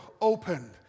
opened